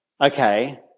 Okay